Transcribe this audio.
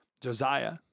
Josiah